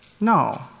No